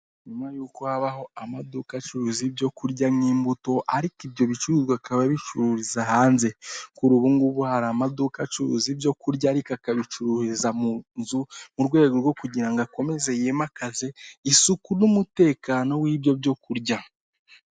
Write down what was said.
Nyuma y'uko habaho amaduka acuruza ibyo kurya nk' imbuto ariko ibyo bicuruzwa akaba bicuruza hanze, kuri ubu ngubu hari amaduka acuruza ibyo kurya ariko akabicururiza mu nzu, mu rwego rwo kugira ngo akomeze yimakaze isuku n'umutekano w'ibyo byo kurya.